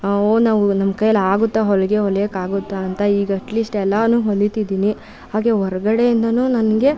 ನಾವು ನಮ್ಮ ಕೈಯಲ್ಲಿ ಆಗುತ್ತ ಹೊಲಿಗೆ ಹೊಲಿಯೋಕ್ಕಾಗುತ್ತಾ ಅಂತ ಈಗ ಅಟ್ಲೀಸ್ಟ್ ಎಲ್ಲಾ ಹೊಲಿತಿದ್ದೀನಿ ಹಾಗೇ ಹೊರ್ಗಡೆಯಿಂದಾ ನನಗೆ